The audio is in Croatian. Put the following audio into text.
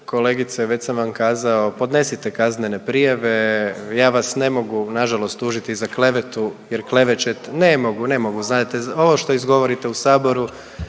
kolegice već sam vam kazao, podnesite kaznene prijave, ja vas ne mogu na žalost tužiti za klevetu, jer klevećete. Ne mogu, ne mogu, znate ovo što izgovorite u saboru